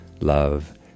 love